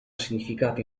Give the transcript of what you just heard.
significato